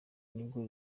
nibwo